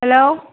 hello